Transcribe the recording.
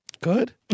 Good